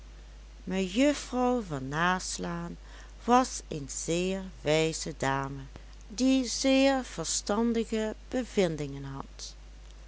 mejuffrouw van naslaan was een zeer wijze dame die zeer verstandige bevindingen had